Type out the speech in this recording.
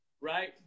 right